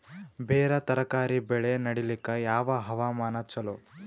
ಬೇರ ತರಕಾರಿ ಬೆಳೆ ನಡಿಲಿಕ ಯಾವ ಹವಾಮಾನ ಚಲೋ?